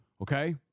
Okay